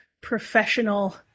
professional